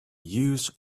use